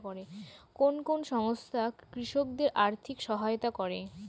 কোন কোন সংস্থা কৃষকদের আর্থিক সহায়তা করে?